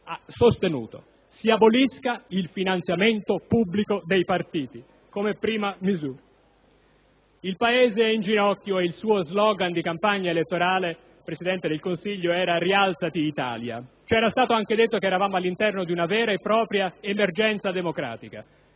misura, si abolisca il finanziamento pubblico dei partiti. Il Paese è in ginocchio, ma il suo *slogan* di campagna elettorale, Presidente del Consiglio, era «Rialzati, Italia!». Ci era stato anche detto che eravamo all'interno di una vera e propria emergenza democratica.